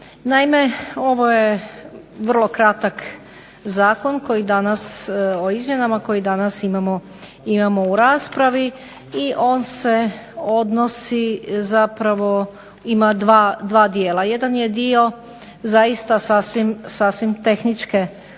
Naime, ovo je vrlo kratak zakon koji danas o izmjenama, koji danas imamo u raspravi i on se odnosi zapravo, ima dva dijela. Jedan je dio zaista sasvim tehničke naravi